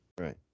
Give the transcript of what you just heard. Right